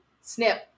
snip